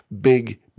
big